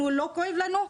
אנחנו, לא כואב לנו?